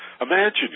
imagine